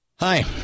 Hi